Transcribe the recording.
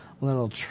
little